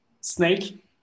Snake